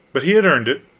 but he had earned it.